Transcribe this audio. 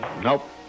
Nope